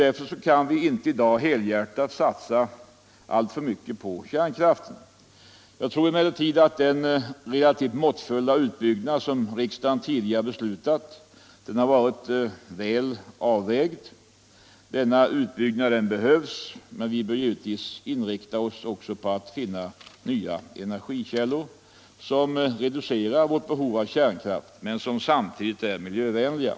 Därför kan vi inte i dag helhjärtat satsa alltför mycket på kärnkraft. Jag tror emellertid att den relativt måttfulla utbyggnad som riksdagen tidigare beslutat om Nr 111 har varit väl avvägd. Utbyggnaden behövs, men vi bör givetvis inrikta oss på att finna nya energikällor som reducerar vårt behov av kärnkraft och som samtidigt är miljövänliga.